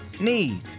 need